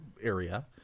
area